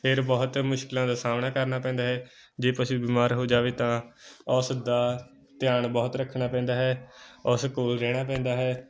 ਫਿਰ ਬਹੁਤ ਮੁਸ਼ਕਿਲਾਂ ਦਾ ਸਾਹਮਣਾ ਕਰਨਾ ਪੈਂਦਾ ਹੈ ਜੇ ਤੁਸੀਂ ਬਿਮਾਰ ਹੋ ਜਾਵੇ ਤਾਂ ਉਸ ਦਾ ਧਿਆਨ ਬਹੁਤ ਰੱਖਣਾ ਪੈਂਦਾ ਹੈ ਉਸ ਕੋਲ ਰਹਿਣਾ ਪੈਂਦਾ ਹੈ